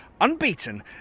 unbeaten